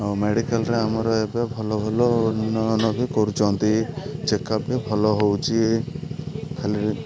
ଆଉ ମେଡ଼ିକାଲରେ ଆମର ଏବେ ଭଲ ଭଲ ଉନ୍ନୟନ ବି କରୁଛନ୍ତି ଚେକଅପ୍ ବି ଭଲ ହେଉଛି ଖାଲି